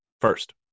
First